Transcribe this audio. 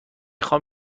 خوام